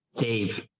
dave,